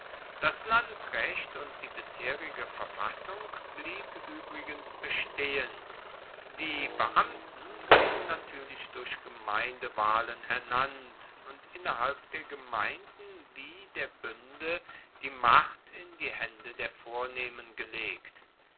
das landrecht und die bisherige verfassung blieb uebrigens bestehen die beamten wurden natuerlich durch gemeindewahlen ernannt und innerhalb der gemeinden wie der buende die macht in die haende der vornehmen gelegt